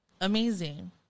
amazing